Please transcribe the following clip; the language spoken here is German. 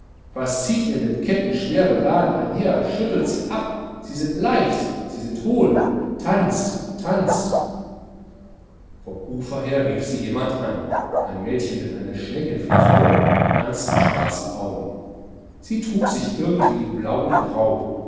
was zieht ihr mit ketten schwer beladen einher schüttelt sie ab sie sind leicht sie sind hohl tanzt tanzt vom ufer her rief sie jemand an ein mädchen mit einer schneckenfrisur und ernsten schwarzen augen sie trug sich irgendwie in blau und grau